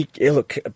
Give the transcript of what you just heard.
Look